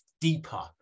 deeper